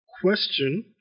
question